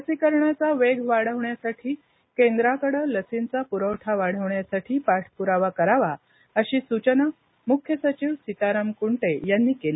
लसीकरणाचा वेग वाढवण्यासाठी केंद्राकडे लसींचा पुरवठा वाढवण्यासाठी पाठपुरावा करावा अशी सूचना मुख्य सचिव सीताराम कुंटे यांनी केली